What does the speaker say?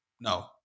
No